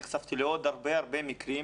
נחשפתי לעוד הרבה הרבה מקרים,